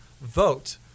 vote